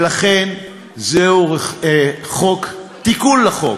ולכן, זהו תיקון לחוק